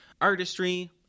Artistry